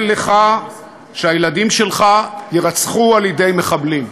לך שהילדים שלך יירצחו על-ידי מחבלים.